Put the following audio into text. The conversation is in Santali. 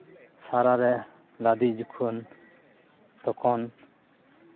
ᱥᱟᱨᱟ ᱨᱮ ᱞᱟᱫᱮ ᱡᱚᱠᱷᱚᱱ ᱛᱚᱠᱷᱚᱱ